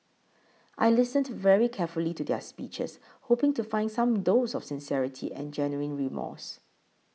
I listened very carefully to their speeches hoping to find some dose of sincerity and genuine remorse